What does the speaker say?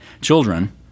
children